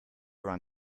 run